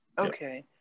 Okay